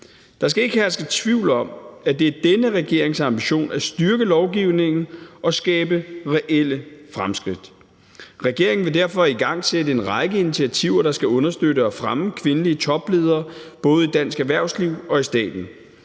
Der skal ikke herske tvivl om, at det er denne regerings ambition at styrke lovgivningen og skabe relle fremskridt. Regeringen vil derfor igangsætte en række initiativer, der skal understøtte og fremme kvindelige topledere, både i dansk erhvervsliv og i staten.